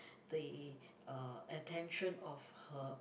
the uh attention of her